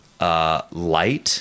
light